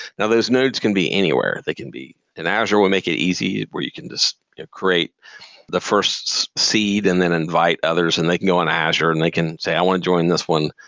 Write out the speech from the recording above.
now those nodes can be anywhere, they can be in asher. we make it easy where you can just create the first seed and then invite others and then they can go on asher and they can say, i want to join this one.